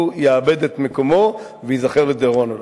הוא יאבד את מקומו וייזכר לדיראון עולם.